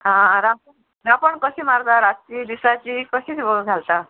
आं रांपो रांपोण कशी मारता रातची दिसाची कशी घालता